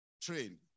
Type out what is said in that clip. train